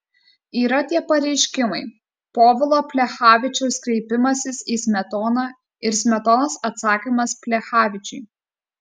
yra tie pareiškimai povilo plechavičiaus kreipimasis į smetoną ir smetonos atsakymas plechavičiui